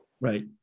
Right